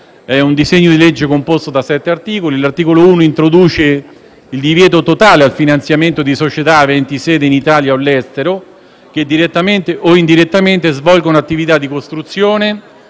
Il disegno di legge in esame è composto da sette articoli. L'articolo 1 introduce il divieto totale al finanziamento di società aventi sede in Italia o all'estero che, direttamente o indirettamente, svolgano attività di costruzione,